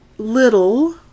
little